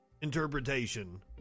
interpretation